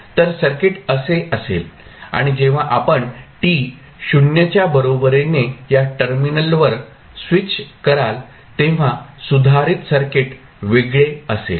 तर सर्किट असे असेल आणि जेव्हा आपण t 0 च्या बरोबरीने या टर्मिनलवर स्विच कराल तेव्हा सुधारित सर्किट वेगळे असेल